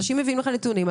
אנשים מביאים לך נתונים,